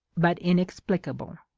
but inexpli cable!